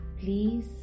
Please